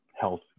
health